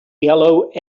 yellow